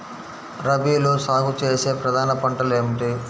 రబీలో సాగు చేసే ప్రధాన పంటలు ఏమిటి?